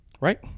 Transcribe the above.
right